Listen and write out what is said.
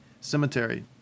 cemetery